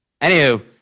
Anywho